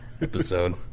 episode